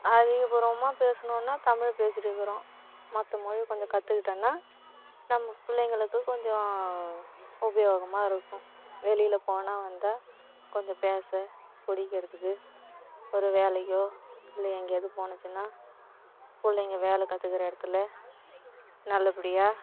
அதிகப்புறமாக பேசுணும்னா தமிழ் பேசிகிட்டு இருக்கிறோம் மற்ற மொழி கொஞ்சம் கற்றுக்கிட்டோனா நம்ம பிள்ளைங்களுக்கு கொஞ்சம் உபயோகமாக இருக்கும் வெளியில் போனால் வந்தால் கொஞ்சம் பேச குடிக்கறதுக்கு ஒரு வேலைக்கோ இல்லை எங்கேயாவது போணுச்சுனால் பிள்ளைங்க வேலை கற்றுக்குற இடத்துல நல்லபடியாக